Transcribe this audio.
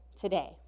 today